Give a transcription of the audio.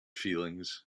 feelings